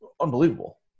unbelievable